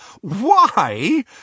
Why